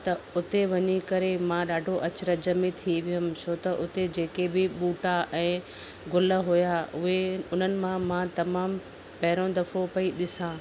त उते वञी करे मां ॾाढो अचरज में थी वियम छो त उते जेके बि ॿूटा ऐं गुल हुआ उहे उन्हनि मां मां तमाम पहिरियों दफ़ो पई ॾिसां